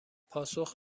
پاسخ